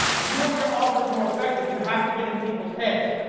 if you want your offers more effective, you have to get in people's heads.